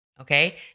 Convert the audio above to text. Okay